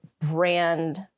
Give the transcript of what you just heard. Brand